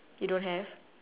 you don't have